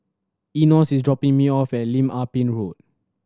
Enos is dropping me off at Lim Ah Pin Road